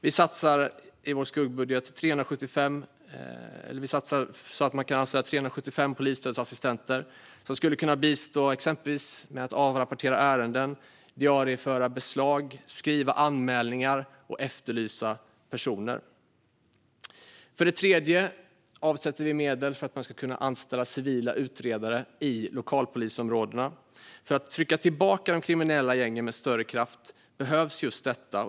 Vi satsar i vår skuggbudget på att anställa 375 polisstödsassistenter som skulle kunna bistå med exempelvis att avrapportera ärenden, diarieföra beslag, skriva anmälningar och efterlysa personer. Det tredje är att vi avsätter medel för att man ska kunna anställa civila utredare i lokalpolisområdena. För att trycka tillbaka de kriminella gängen med större kraft behövs just detta.